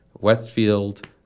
Westfield